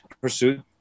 pursued